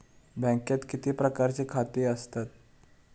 बँकेत किती प्रकारची खाती असतत?